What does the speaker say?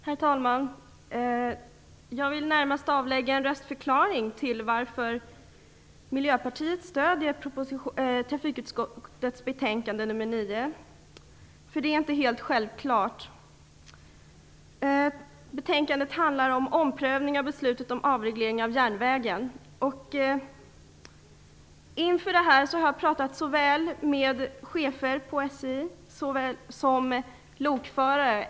Herr talman! Jag vill närmast avlägga en röstförklaring till varför Miljöpartiet stödjer trafikutskottets betänkande nr 9. Det är inte helt självklart. Betänkandet handlar om omprövning av beslutet om avreglering av järnvägstrafiken. Inför beslutet har jag pratat med såväl chefer på SJ som lokförare.